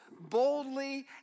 boldly